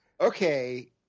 Okay